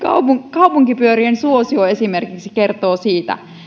kaupunkipyörien suosio kertoo siitä